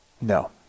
No